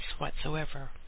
whatsoever